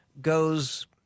goes